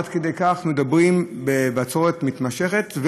עד כדי כך מדברים על בצורת מתמשכת,